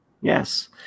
Yes